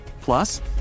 Plus